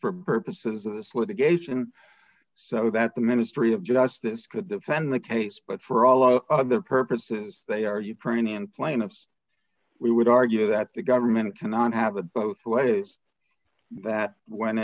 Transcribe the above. for purposes of this litigation so that the ministry of justice could defend the case but for all our other purposes they are ukrainian plaintiffs we would argue that the government cannot have it both ways that when